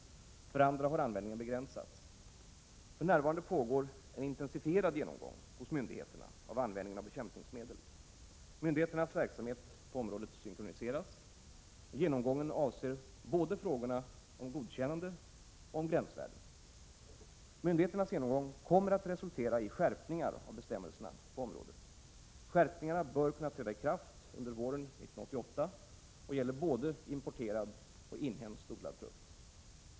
För andra har användningen begränsats. För närvarande pågår en intensifierad genomgång hos myndigheterna av användningen av bekämpningsmedel. Myndigheternas verksamhet på området synkroniseras. Genomgången avser både frågorna om godkännande och gränsvärden. Myndigheternas genomgång kommer att resultera i skärpningar av bestämmelserna på området. Skärpningarna bör kunna träda i kraft under våren 1988 och gäller både importerad och inhemskt odlad frukt.